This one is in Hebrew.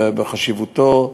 בחשיבותו,